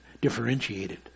differentiated